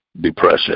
depression